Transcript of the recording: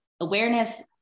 awareness